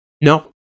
No